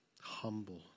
Humble